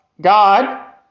God